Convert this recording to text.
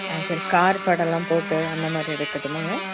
ஆ சரி கார் படமெலாம் போட்டு அந்தமாதிரி எடுக்கட்டுமாங்க